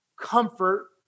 comfort